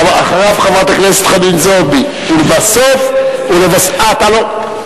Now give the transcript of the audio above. אחריו, חברת הכנסת חנין זועבי, ולבסוף, אתה לא?